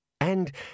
And